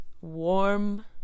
warm